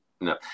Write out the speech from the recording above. no